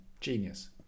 Genius